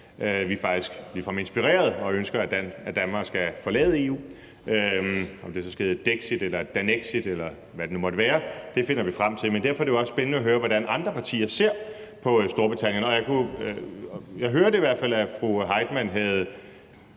Vi er faktisk ligefrem inspireret og ønsker, at Danmark skal forlade EU – om det så skal hedde dexit eller danexit, eller hvad det nu måtte være; det finder vi frem til. Men derfor er det jo også spændende at høre, hvordan andre partier ser på Storbritannien. Jeg hørte i hvert fald, at fru Jane Heitmann havde